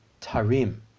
tarim